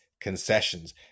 concessions